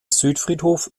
südfriedhof